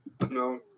No